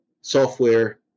software